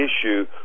issue